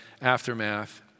aftermath